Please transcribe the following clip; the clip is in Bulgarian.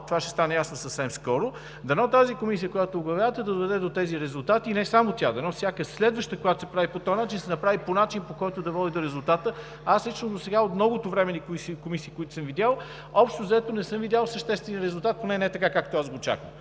това ще стане ясно съвсем скоро, тази комисия, която оглавявате, доведе до тези резултати, и не само тя – дано всяка следваща, която се прави по този начин, се направи по начин, който да води до резултати. Аз лично досега от многото временни комисии, които съм видял, общо взето не съм видял съществен резултат – поне не така, както го очаквам.